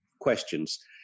questions